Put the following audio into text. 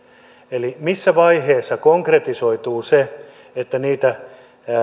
eli missä vaiheessa konkretisoituu se että niitä